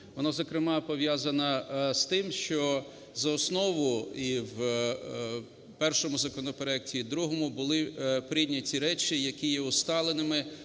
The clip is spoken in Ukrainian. Воно, зокрема, пов'язано з тим, що за основу і в першому законопроекті, і в другому були прийняті речі, які є усталеними